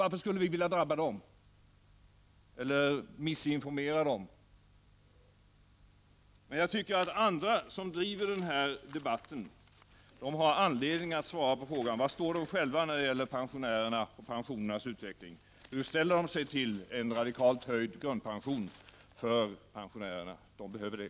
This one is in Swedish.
Varför skulle vi vilja drabba eller missinformera dem? Andra som driver denna debatt har anledning att svara på den frågan. Var står de själva när det gäller pensionärerna och pensionernas utveckling? Hur ställer de sig till en radikalt höjd grundpension för pensionärerna? De behöver det.